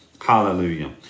Hallelujah